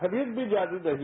खरीद भी जारी रही